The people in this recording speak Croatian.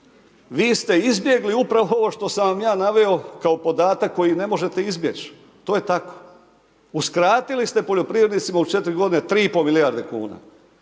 vi ste izbjegli upravo ovo što sam vam ja naveo kao podatak koji ne možete izbjeći. To je tako. Uskratili ste poljoprivrednicima u 4 godine 3,5 milijarde kuna.